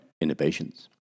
innovations